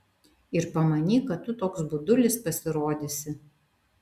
ir pamanyk kad tu toks budulis pasirodysi